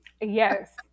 Yes